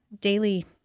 daily